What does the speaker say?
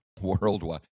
Worldwide